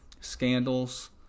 scandals